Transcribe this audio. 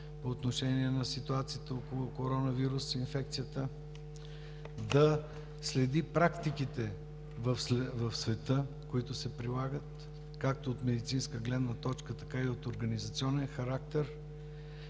по отношение на ситуацията около коронавирус инфекцията, да следи практиките в света, които се прилагат както от медицинска гледна точка, така и от организационен характер,